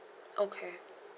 okay